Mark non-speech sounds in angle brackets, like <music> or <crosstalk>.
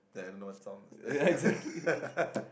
that I don't know what song is that <laughs>